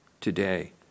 today